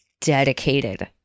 dedicated